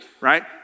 right